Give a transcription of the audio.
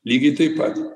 lygiai taip pat